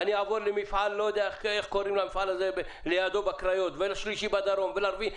אני אעבור למפעל אחר לידו בקריות ולשלישי בדרום ולרביעי.